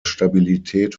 stabilität